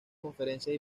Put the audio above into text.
conferencias